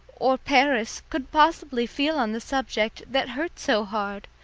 or paris, could possibly feel on the subject, that hurt so hard.